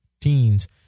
teens